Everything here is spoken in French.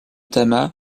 tama